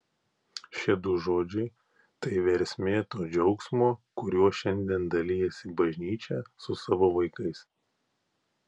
šie du žodžiai tai versmė to džiaugsmo kuriuo šiandien dalijasi bažnyčia su savo vaikais